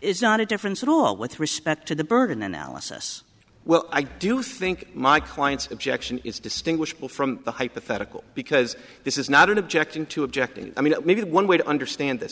is not a difference at all with respect to the bergen analysis well i do think my client's objection is distinguished from the hypothetical because this is not objecting to objecting i mean maybe one way to understand th